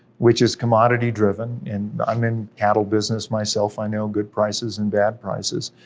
which is commodity driven, and i'm in cattle business myself, i know good prices and bad prices.